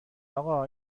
آقا